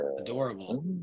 Adorable